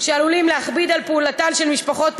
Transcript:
שעלולים להכביד על פעולתן של משפחות האומנה,